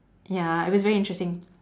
ya it was very interesting